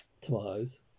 tomatoes